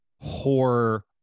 horror